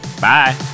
Bye